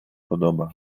podoba